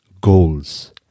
goals